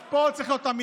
אז פה צריך להיות אמיתי: